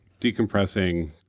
decompressing